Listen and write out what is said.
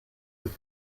with